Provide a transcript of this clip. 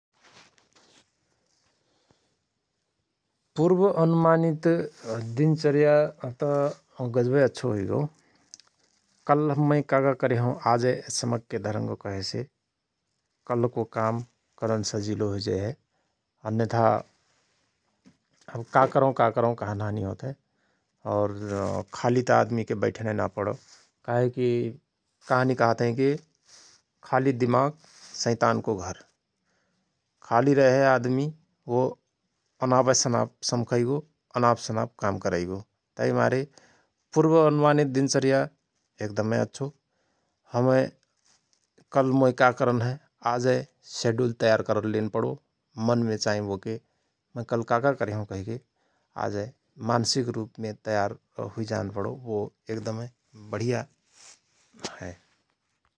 पुर्व अनुमानित दिन चर्या त गजवय अच्छो हुईगओ कल्ह अव मय का का करेहओं आजय समखके धरंगो कहेसे कल्लहको काम करन सजिलो हुइजयहय । अन्यथा का करओं का करओं कहन हानी होत हय । और खालीत आदमिक बैठनय ना पणो काहे कि कहानी कहत हयँ कि खाली दिमाक शैतानको घर खाली रयहय आदमि अनापय सनाप सम्खइगो अनाप सनाप काम करैगो । तहिमारे पुर्व अनुमानित दिन चर्या एकदमय अच्छो । हमय कल्ह मोय का करन हय आजय सेडुल तयार करलेन पणो मनमे चार्ई बोके मय कल का का करेहओं कहिके आजय मानसिक रुपमे तयार हुई जान पणो वो एकदमय बढिया हय ।